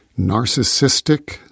narcissistic